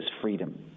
freedom